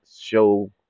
show